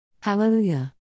Hallelujah